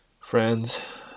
friends